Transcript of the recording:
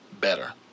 better